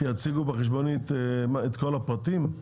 שיציגו בחשבונית את כל הפרטים?